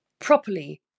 properly